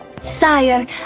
Sire